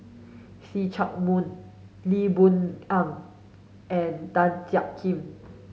See Chak Mun Lee Boon Ngan and Tan Jiak Kim